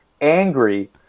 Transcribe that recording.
angry